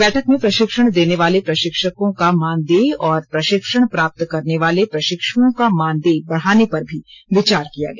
बैठक में प्रषिक्षण देने वाले प्रषिक्षकों का मानदेय और प्रषिक्षण प्राप्त करने वाले प्रषिक्षुओं का मानदेय बढ़ाने पर भी विचार किया गया